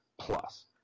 plus